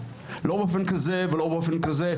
לא באופן כזה ולא באופן כזה,